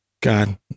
God